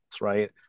right